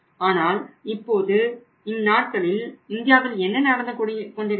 ஆனால் இந்நாட்களில் இந்தியாவில் என்ன நடந்து கொண்டிருக்கிறது